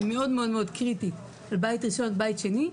שהיא מאוד-מאוד קריטית לבית ראשון ובית שני,